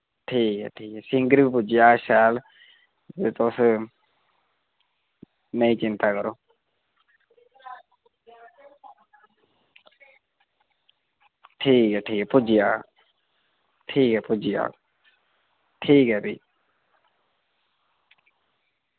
ठीक ऐ ठीक ऐ सिंगर बी पुज्जी जाह्ग शैल ते तुस नेईं चिंता करो ठीक ऐ ठीक ऐ पुज्जी जाह्ग ठीक ऐ पुज्जी जाह्ग ठीक ऐ भी